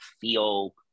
feel